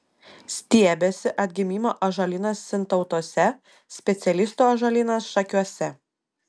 stiebiasi atgimimo ąžuolynas sintautuose specialistų ąžuolynas šakiuose